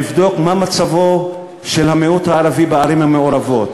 אני מציע לך לבדוק מה מצבו של המיעוט הערבי בערים המעורבות.